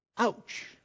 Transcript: ouch